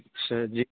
سر جی